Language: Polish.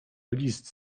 list